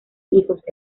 hijos